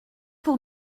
pour